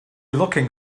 looking